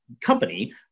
company